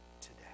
today